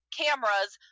cameras